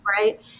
right